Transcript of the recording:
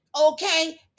Okay